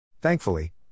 Thankfully